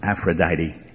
Aphrodite